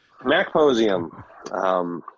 Macposium